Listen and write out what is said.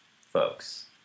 folks